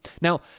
Now